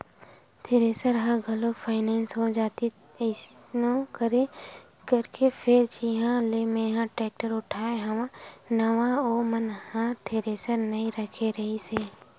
thresher ह घलोक finance हो जातिस कइसनो करके फेर जिहाँ ले मेंहा टेक्टर उठाय हव नवा ओ मन ह थेरेसर नइ रखे रिहिस हे